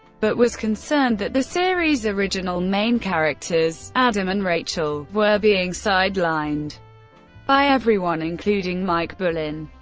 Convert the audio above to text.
but was concerned that the series' original main characters adam and rachel were being sidelined by everyone including mike bullen.